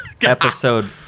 Episode